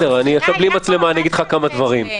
בלי מצלמה אני אגיד לך כמה דברים.